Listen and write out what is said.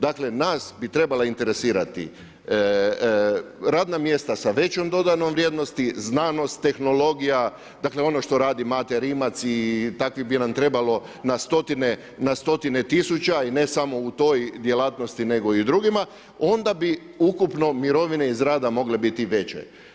Dakle nas bi trebala interesirati radna mjesta sa većom dodanom vrijednosti, znanost, tehnologija, dakle ono što radi Mate Rimac i takvih bi nam trebalo na stotine tisuća i ne samo u toj djelatnosti nego i u drugima, onda bi ukupno mirovine iz rada mogle biti i veće.